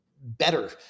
better